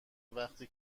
وقتی